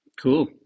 Cool